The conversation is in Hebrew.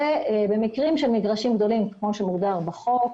ובמקרים של מגרשים גדולים כמו שמוגדר בחוק,